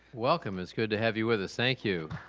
welcome! it's good to have you with us, thank you.